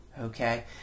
okay